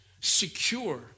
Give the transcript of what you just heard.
secure